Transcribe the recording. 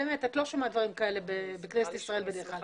באמת את לא שומעת דברים כאלה בכנסת ישראל ה-21.